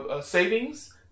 savings